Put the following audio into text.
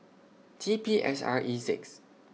T P S R E six